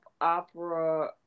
opera